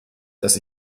dass